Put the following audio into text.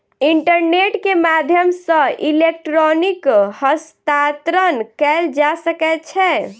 internet के माध्यम सॅ इलेक्ट्रॉनिक हस्तांतरण कयल जा सकै छै